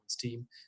team